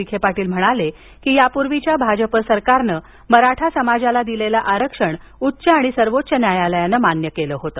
विखे पाटील म्हणाले की यापूर्वीच्या भाजप सरकारने मराठा समाजाला दिलेले आरक्षण उच्च आणि सर्वोच्च न्यायालयानं मान्य केले होते